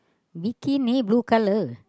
Vicky may blue colour